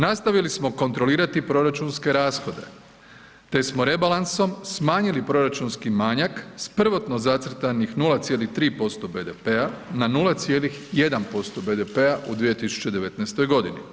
Nastavili smo kontrolirati proračunske rashode, te smo rebalansom smanjili proračunski manjak s prvotno zacrtanih 0,3% BDP-a na 0,1% BDP-a u 2019. godini.